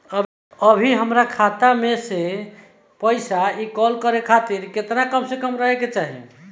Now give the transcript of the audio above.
अभीहमरा खाता मे से पैसा इ कॉल खातिर केतना कम से कम पैसा रहे के चाही?